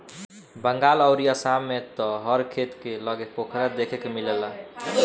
बंगाल अउरी आसाम में त हर खेत के लगे पोखरा देखे के मिलेला